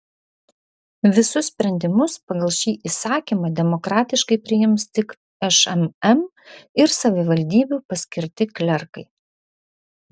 visus sprendimus pagal šį įsakymą demokratiškai priims tik šmm ir savivaldybių paskirti klerkai